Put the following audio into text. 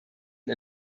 und